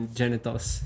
genitals